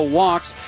walks